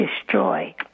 destroy